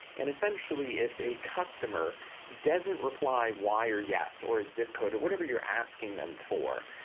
and essentially, if a customer doesn't reply y or yes, or a zip code, or whatever you're asking them for,